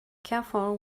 careful